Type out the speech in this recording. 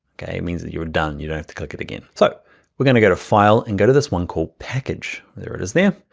okay? it means that you're done. you don't have to click it again. so we're gonna go to file and go to this one called package. there it is there.